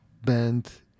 band